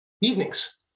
evenings